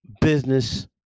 business